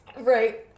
right